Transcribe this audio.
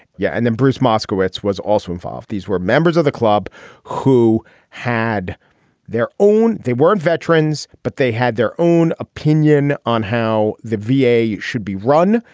yeah. and then bruce moskowitz was also involved. these were members of the club who had their own. they weren't veterans, but they had their own opinion on how the v a. should be run.